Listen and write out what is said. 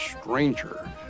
stranger